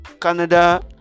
Canada